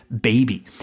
baby